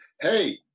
hey